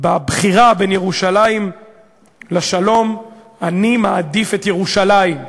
בבחירה בין ירושלים לשלום אני מעדיף את ירושלים,